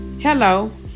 Hello